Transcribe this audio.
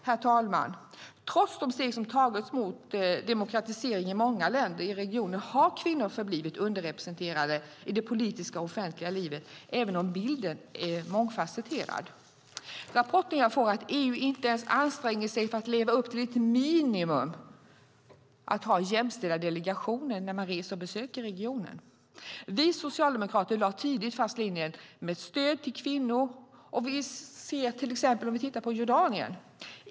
Herr talman! Trots de steg som tagits mot demokratisering i många länder i regionen har kvinnor förblivit underrepresenterade i det politiska och offentliga livet, även om bilden är mångfasetterad. Rapporten jag får är att EU inte anstränger sig för att leva upp till minimikravet att ha jämställda delegationer när man reser till och besöker regionen. Vi socialdemokrater lade tidigt fast linjen med stöd till kvinnor. Vi kan till exempel titta på Jordanien.